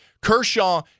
Kershaw